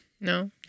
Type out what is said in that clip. No